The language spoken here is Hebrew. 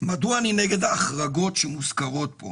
מדוע אני נגד ההחרגות שמוזכרות פה?